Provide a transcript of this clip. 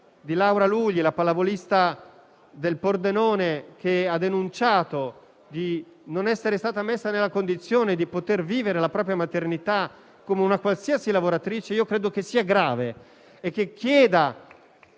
La vicenda di Laura Lugli, la pallavolista del Pordenone che ha denunciato di non essere stata messa nella condizione di vivere la propria maternità come una qualsiasi lavoratrice, credo sia grave.